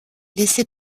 laissait